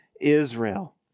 Israel